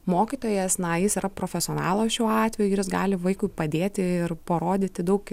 mokytojas na jis yra profesionalas šiuo atveju ir jis gali vaikui padėti ir parodyti daug